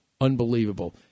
unbelievable